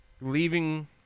leaving